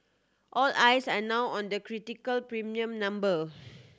all eyes are now on the critical premium number